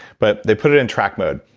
but they put it in track mode,